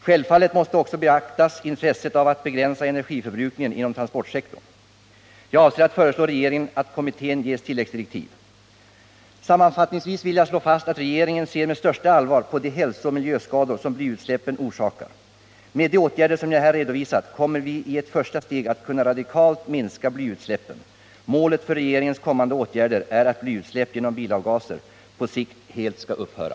Självfallet måste också beaktas intresset av att begränsa energiförbrukningen inom transportsektorn. Jag avser att föreslå regeringen att kommittén ges tilläggsdirektiv. Sammanfattningsvis vill jag slå fast att regeringen ser med största allvar på de hälsooch miljöskador som blyutsläppen orsakar. Med de åtgärder som jag här redovisat kommer vi i ett första steg att kunna radikalt minska blyutsläppen. Målet för regeringens kommande åtgärder är att blyutsläpp genom bilavgaser på sikt helt skall upphöra.